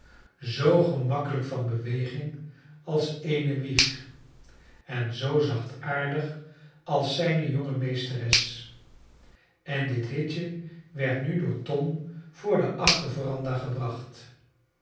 zoo gemakkelijk van beweging als eene wieg en zoo zachtaardig als zijne jonge meesteres en dit hitje werd nu door tom voor de achter veranda gebracht